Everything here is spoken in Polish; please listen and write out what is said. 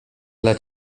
dla